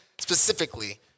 specifically